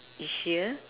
each year